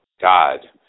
God